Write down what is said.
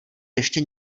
ještě